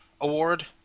Award